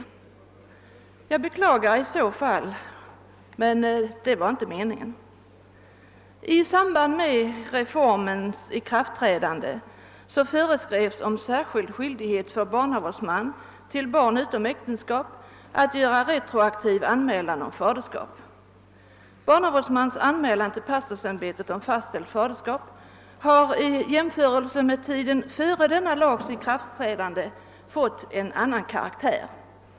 Jag beklagar detta i så fall. Det var inte meningen. I samband med reformens ikraftträdande föreskrevs särskild skyldighet för barnavårdsman till barn utom äktenskap att göra retroaktiv anmälan om faderskap. I jämförelse med tiden före denna lags ikraftträdande har sålunda barnavårdsmans anmälan till pastorsämbetet om fastställt faderskap fått en annan karaktär.